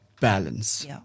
balance